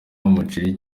umuceri